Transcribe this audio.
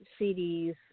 CDs